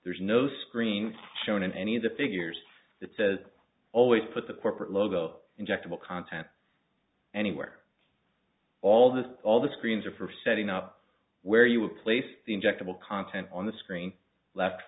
there's no screen shown in any of the figures that always put the corporate logo injectable content anywhere all this all the screens are for setting up where you would place the injectable content on the screen left